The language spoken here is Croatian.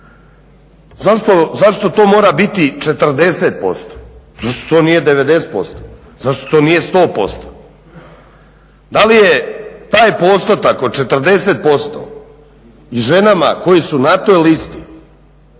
Zašto to mora biti 40%, zašto to nije 90%, zašto to nije 100%? Da li je taj postotak od 40% i ženama koje su na toj listi